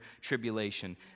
tribulation